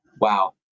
Wow